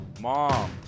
Mom